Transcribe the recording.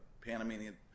Panamanian